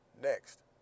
next